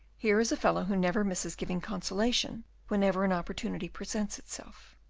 here is a fellow who never misses giving consolation whenever an opportunity presents itself.